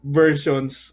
versions